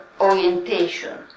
orientation